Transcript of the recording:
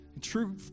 True